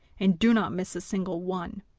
and do not miss a single one.